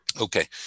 Okay